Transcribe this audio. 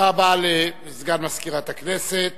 תודה רבה לסגן מזכירת הכנסת.